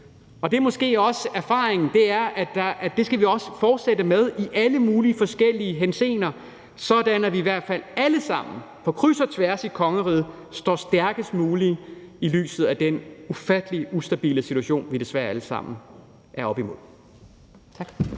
er måske også, at det skal vi fortsætte med i alle mulige forskellige henseender, sådan at vi i hvert fald alle sammen på kryds og tværs i kongeriget står stærkest muligt i lyset af den ufattelig ustabile situation, vi desværre alle sammen er oppe imod. Tak.